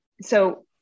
so-